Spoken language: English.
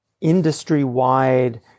industry-wide